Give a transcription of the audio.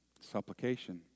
supplication